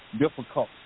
difficult